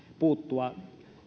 puuttua